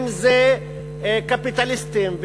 אם קפיטליסטים,